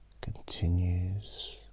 continues